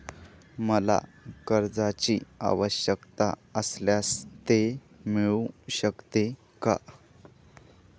मला कर्जांची आवश्यकता असल्यास ते मिळू शकते का?